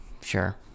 sure